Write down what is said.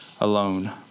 alone